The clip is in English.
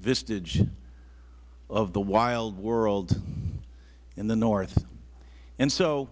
vestige of the wild world in the north and so